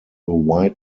wide